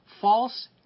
false